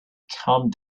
come